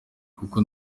kuko